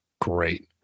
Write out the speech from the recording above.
great